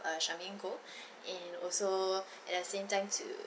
uh charmaine goh and also at the same time to